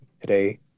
today